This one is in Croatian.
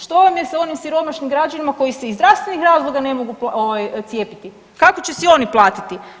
Što vam je s onim siromašnim građanima koji se iz zdravstvenih razloga ne mogu ovaj cijepiti, kako će si oni platiti?